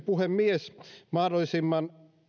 puhemies mahdollisimman